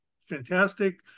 fantastic